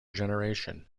generation